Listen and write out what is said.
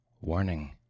Warning